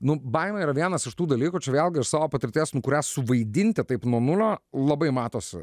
nu baimė yra vienas iš tų dalykų čia vėlgi iš savo patirties kurią suvaidinti taip nuo nulio labai matosi